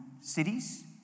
cities